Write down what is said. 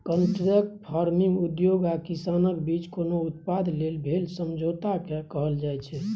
contract farming उद्योग आ किसानक बीच कोनो उत्पाद लेल भेल समझौताकेँ कहल जाइ छै